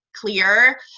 clear